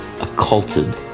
occulted